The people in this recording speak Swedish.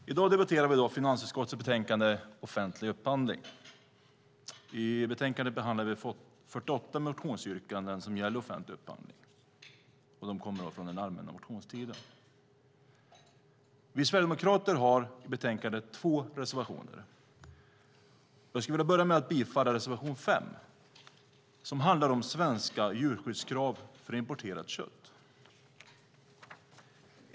Herr talman! I dag debatterar vi finansutskottets betänkande Offentlig upphandling . I betänkandet behandlar vi 48 motionsyrkanden från den allmänna motionstiden som gäller offentlig upphandling. Vi sverigedemokrater har i betänkandet två reservationer. Jag skulle vilja börja med att yrka bifall till reservation 5 som handlar om svenska djurskyddskrav för importerat kött.